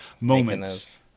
Moments